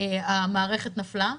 המערכת נפלה.